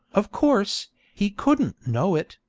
of course, he couldn't know it,